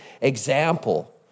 example